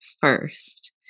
first